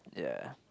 ya